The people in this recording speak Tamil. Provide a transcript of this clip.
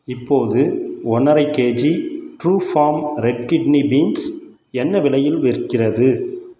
இப்போது ஒன்றரை கேஜி ட்ரூஃபாம் ரெட் கிட்னி பீன்ஸ் என்ன விலையில் விற்கிறது